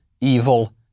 evil